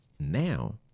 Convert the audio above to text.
now